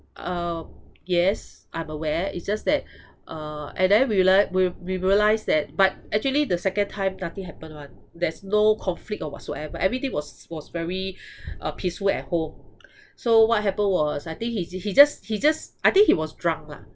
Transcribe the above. uh yes I'm aware it's just that uh and then we I realise we we realise that but actually the second time nothing happen [one] there's no conflict or whatsoever everything was was very uh peaceful at home so what happened was I think he's he just he just I think he was drunk lah